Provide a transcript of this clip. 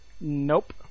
Nope